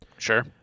Sure